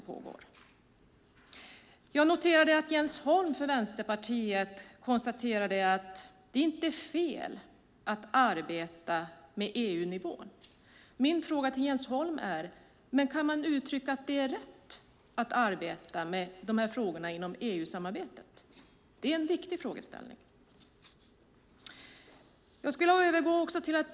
Vänsterpartiets Jens Holm konstaterade att det inte är fel att arbeta på EU-nivå. Men, Jens Holm, kan man uttrycka att det är rätt att arbeta med dessa frågor inom EU-samarbetet? Det är en viktig frågeställning.